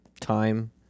Time